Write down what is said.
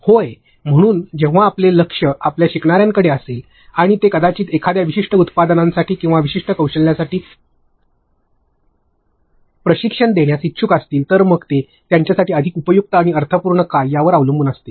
हो म्हणून जेव्हा आपले लक्ष आपल्या शिकणाऱ्यांकडे असेल आणि जे कदाचित एखाद्या विशिष्ट उत्पादनासाठी किंवा विशिष्ट कौशल्यासाठी प्रशिक्षण देण्यास इच्छुक असतील तर मग ते त्यांच्यासाठी अधिक उपयुक्त आणि अर्थपूर्ण काय यावर अवलंबून असते